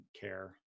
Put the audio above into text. care